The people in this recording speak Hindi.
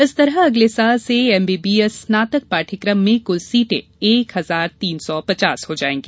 इस तरह अगले साल से एमबीबीएस स्नातक पाठ्यक्रम में कुल सीटें एक हजार तीन सौ पचास हो जायेंगी